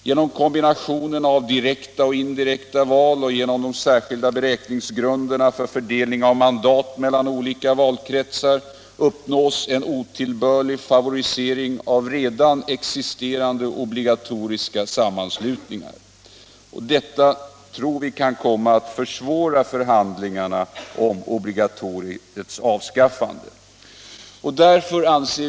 Genom kombinationen av direkta och indirekta val och genom de särskilda beräkningsgrunderna för fördelning av mandat mellan olika valkretsar uppnås en otillbörlig favorisering av redan existerande obligatoriska sammanslutningar. Detta kan komma att försvåra förhandlingarna om obligatoriets avskaffande.